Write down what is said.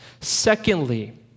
Secondly